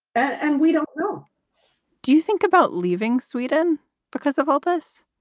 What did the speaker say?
and we don't know do you think about leaving sweden because of all of us?